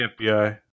FBI